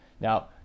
Now